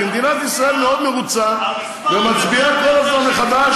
כי מדינת ישראל מאוד מרוצה ומצביעה כל הזמן מחדש,